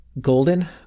Golden